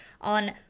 on